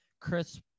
chris